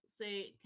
say